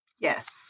Yes